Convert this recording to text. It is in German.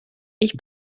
ich